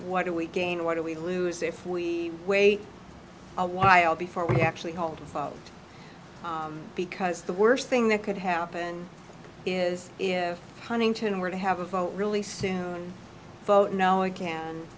what do we gain what do we lose if we wait a while before we actually hold because the worst thing that could happen is if huntington were to have a vote really soon vote no again